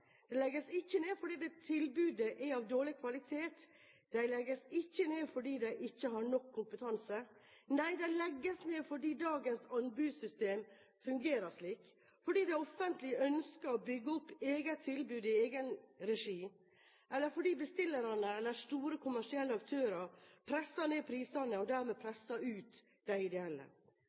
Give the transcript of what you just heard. de legges ikke ned fordi tilbudet er av dårlig kvalitet, de legges ikke ned fordi de ikke har nok kompetanse. Nei, de legges ned fordi dagens anbudssystem fungerer slik, fordi det offentlige ønsker å bygge opp eget tilbud i egen regi, eller fordi bestillerne eller store kommersielle aktører presser ned prisene og dermed presser ut de ideelle.